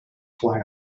fly